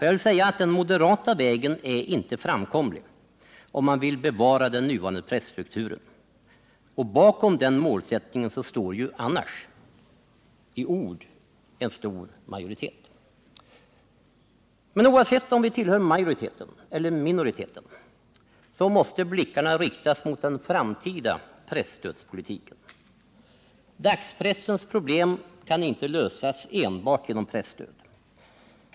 Jag vill påstå att den moderata vägen inte är framkomlig om man vill bevara den nuvarande presstrukturen. Och bakom den målsättningen står annars en stor majoritet. Men oavsett om vi tillhör majoriteten eller minoriteten så måste blickarna riktas mot den framtida presstödspolitiken. Dagspressens problem kan inte lösas enbart genom presstöd.